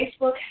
Facebook